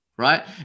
right